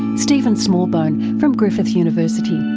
and stephen smallbone from griffith university.